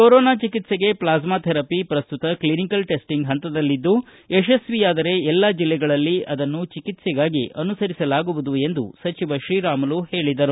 corona ಚಿಕಿತ್ಸೆಗೆ plasma therapy ಪ್ರಸ್ತುತ clinical testing ಹಂತದಲ್ಲಿದ್ದು ಯಶಸ್ವಿಯಾದರೆ ಎಲ್ಲಾ ಜಿಲ್ಲೆಗಳಲ್ಲಿ ಅದನ್ನು ಚಿಕಿತ್ಸೆಗಾಗಿ ಅನುಸರಿಸಲಾಗುವುದು ಎಂದು ಸಚಿವ ಶ್ರೀರಾಮುಲು ಹೇಳಿದರು